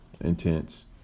intense